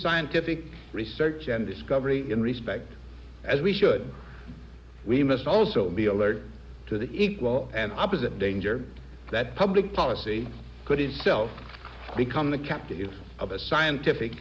scientific research and discovery in respect as we should we must also be alert to the equal and opposite danger that public policy could itself become the captive of a scientific